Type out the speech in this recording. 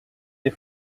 des